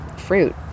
fruit